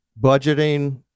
budgeting